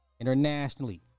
internationally